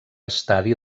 estadi